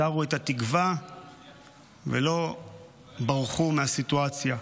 שרו את התקווה ולא ברחו מהסיטואציה.